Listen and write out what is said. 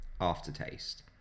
aftertaste